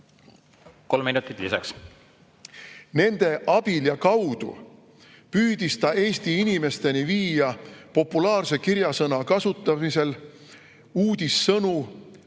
Kolm minutit lisaks. Nende abil ja kaudu püüdis ta Eesti inimesteni viia populaarse kirjasõna kasutamisel uudissõnu,